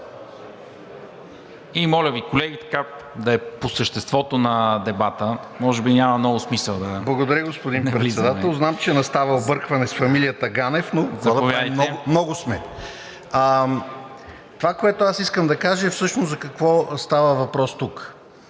И моля Ви, колеги, да е по съществото на дебата. Може би няма много смисъл да навлизаме... ГЕОРГИ ГАНЕВ (ДБ): Благодаря, господин Председател. Знам, че настава объркване с фамилията Ганев, но сме много. Това, което искам да кажа, е всъщност за какво става въпрос тук.